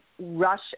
rush